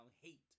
hate